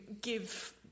give